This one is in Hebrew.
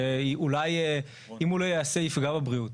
שאולי אם הוא לא יעשה יפגע בבריאות.